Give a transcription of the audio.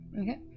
Okay